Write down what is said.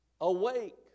Awake